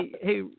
hey